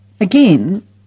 Again